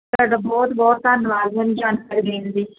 ਤੁਹਾਡਾ ਬਹੁਤ ਬਹੁਤ ਧੰਨਵਾਦ ਮੈਨੂੰ ਜਾਣਕਾਰੀ ਦੇਣ ਲਈ